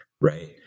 Right